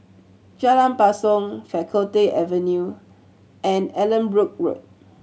Jalan Basong Faculty Avenue and Allanbrooke Road